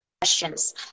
questions